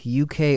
UK